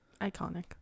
Iconic